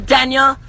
Daniel